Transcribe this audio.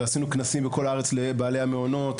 ועשינו כנסים בכל הארץ לבעלי המעונות.